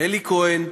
אלי כהן,